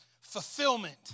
Fulfillment